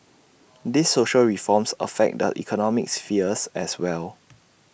these social reforms affect the economic spheres as well